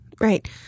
Right